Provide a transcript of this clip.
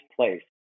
place